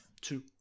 two